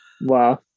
Wow